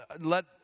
let